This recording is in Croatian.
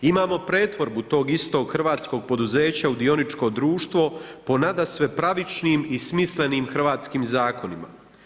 Imamo pretvorbu tog istog hrvatskog poduzeća u dioničko društvo ponadasve pravičnim i smislenim hrvatskim zakonima.